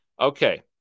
Okay